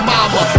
Mama